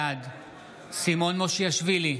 בעד סימון מושיאשוילי,